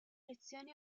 lezioni